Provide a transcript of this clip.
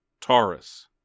Taurus